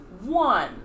one